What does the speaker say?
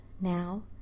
now